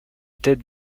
tête